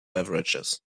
beverages